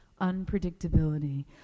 unpredictability